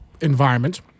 environment